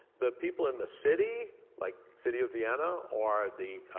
the people in the city like city of vienna or the